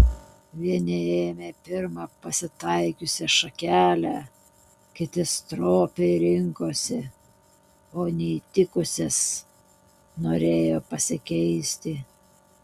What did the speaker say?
vieni ėmė pirmą pasitaikiusią šakelę kiti stropiai rinkosi o neįtikusias norėjo pasikeisti